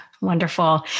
wonderful